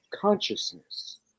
consciousness